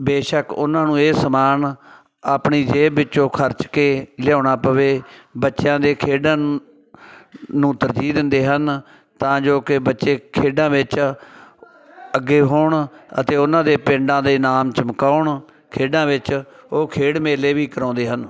ਬੇਸ਼ੱਕ ਉਹਨਾਂ ਨੂੰ ਇਹ ਸਮਾਨ ਆਪਣੀ ਜੇਬ ਵਿੱਚੋਂ ਖ਼ਰਚ ਕੇ ਲਿਆਉਣਾ ਪਵੇ ਬੱਚਿਆਂ ਦੇ ਖੇਡਣ ਨੂੰ ਤਰਜੀਹ ਦਿੰਦੇ ਹਨ ਤਾਂ ਜੋ ਕਿ ਬੱਚੇ ਖੇਡਾਂ ਵਿੱਚ ਅੱਗੇ ਹੋਣ ਅਤੇ ਉਹਨਾਂ ਦੇ ਪਿੰਡਾਂ ਦੇ ਨਾਮ ਚਮਕਾਉਣ ਖੇਡਾਂ ਵਿੱਚ ਉਹ ਖੇਡ ਮੇਲੇ ਵੀ ਕਰਵਾਉਂਦੇ ਹਨ